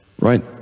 Right